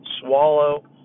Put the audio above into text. swallow